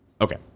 Okay